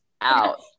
out